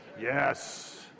Yes